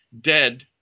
dead